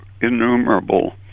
innumerable